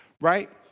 Right